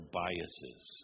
biases